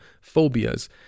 phobias